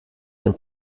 den